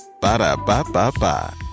Ba-da-ba-ba-ba